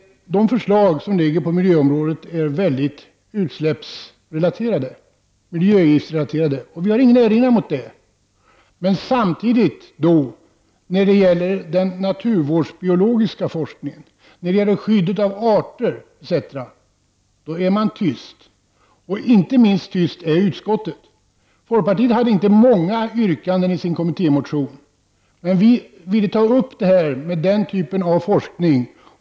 De förslag som föreligger på miljöområdet är väldigt utsläppsoch miljöavgiftsrelaterade, och det har vi ingenting att erinra emot. Samtidigt är man tyst när det gäller den naturvårdsbiologiska forskningen, skyddet av arter etc., inte minst utskottet är tyst. Folkpartiet hade inte många yrkanden i sin kommitté motion, men vi ville ta upp denna typ av forskning.